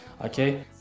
Okay